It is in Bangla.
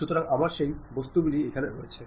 সুতরাং আমার সেই বস্তুটি আছে